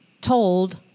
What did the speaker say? told